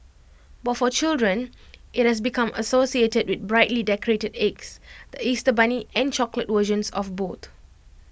but for children IT has become associated with brightly decorated eggs the Easter bunny and chocolate versions of both